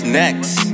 next